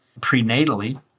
prenatally